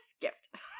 gift